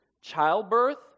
childbirth